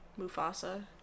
Mufasa